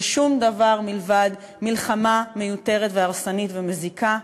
זה שום דבר מלבד מלחמה מיותרת והרסנית ומזיקה,